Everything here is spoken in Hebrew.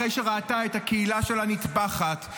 אחרי שראתה את הקהילה שלה נטבחת,